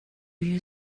you